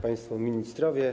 Państwo Ministrowie!